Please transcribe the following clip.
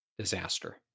disaster